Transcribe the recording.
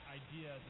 idea